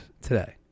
today